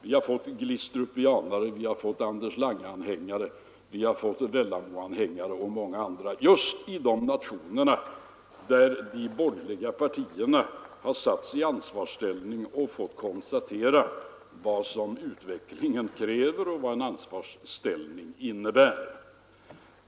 Man har t.ex. fått Glistrupianer, Anders Lange-anhängare, Vennamoanhängare och många andra, just i de stater där de borgerliga partierna har kommit i ansvarställning och fått känna på vad utvecklingen kräver och vad det innebär att ha ansvaret.